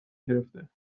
گرفته